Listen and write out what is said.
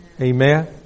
Amen